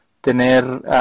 tener